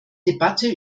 debatte